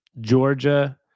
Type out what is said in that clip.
Georgia